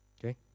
Okay